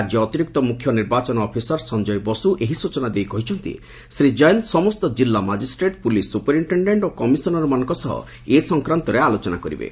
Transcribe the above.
ରାଜ୍ୟ ଅତିରିକ୍ତ ମୁଖ୍ୟ ନିର୍ବାଚନ ଅଫିସର ସଞ୍ଜୟ ବସ୍କ ଏହି ସୂଚନା ଦେଇ କହିଛନ୍ତି ଶ୍ରୀ ଜୈନ ସମସ୍ତ କିଲ୍ଲା ମାଜିଷ୍ଟ୍ରେଟ୍ ପୁଲିସ୍ ସୁପରିଣ୍ଟେଣ୍ଟେଣ୍ଟ୍ ଓ କମିଶନର୍ମାନଙ୍କ ସହ ଏ ସଂକ୍ରାନ୍ତରେ ଆଲୋଚନା କରିବେ